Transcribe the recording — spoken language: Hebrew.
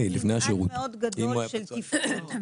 שיש מנעד מאוד גדול של תפקוד,